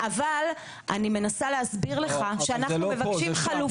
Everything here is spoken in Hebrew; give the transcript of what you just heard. אני מנסה להסביר לך שאנחנו מבקשים חלופה --- אבל לא פה,